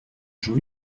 jean